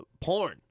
porn